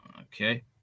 Okay